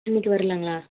இன்றைக்கு வரலாங்களா